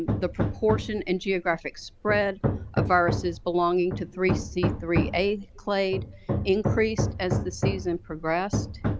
ah the proportion and geographic spread of viruses belonging to three c three a clade increased as the season progressed.